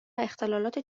اختلالات